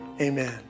amen